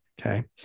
Okay